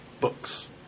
books